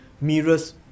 mirrors